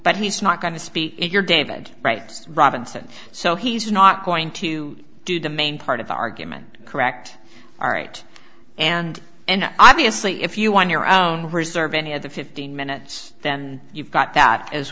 but he's not going to speak you're david writes robinson so he's not going to do the main part of the argument correct all right and and obviously if you want your own reserve any of the fifteen minutes then you've got that as